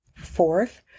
Fourth